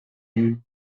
you